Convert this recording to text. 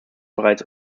bereits